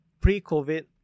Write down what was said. pre-COVID